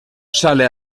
sale